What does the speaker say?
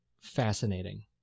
fascinating